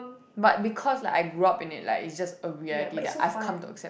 but because like I grew up in it like is just a reality that I've come to accept